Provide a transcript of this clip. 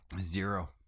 Zero